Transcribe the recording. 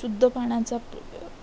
शुद्ध पाण्याचा प्र